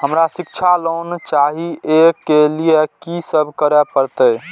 हमरा शिक्षा लोन चाही ऐ के लिए की सब करे परतै?